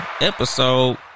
episode